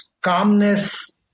calmness